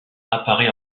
apparaît